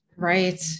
Right